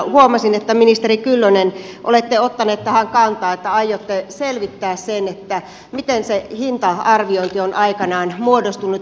huomasin että ministeri kyllönen olette ottanut tähän kantaa että aiotte selvittää sen miten se hinta arviointi on aikanaan muodostunut